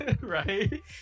Right